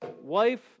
Wife